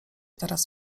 teraz